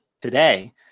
today